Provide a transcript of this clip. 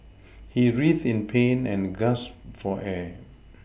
he writhed in pain and gasped for air